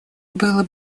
было